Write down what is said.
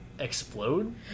Explode